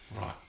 Right